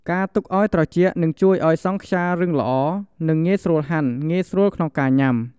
ការទុកឲ្យត្រជាក់នឹងជួយឲ្យសង់ខ្យារឹងល្អ និងងាយស្រួលហាន់ ងាយស្រួលក្នុងការញាំ។